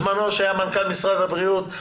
עת היה מנכ"ל משרד הבריאות,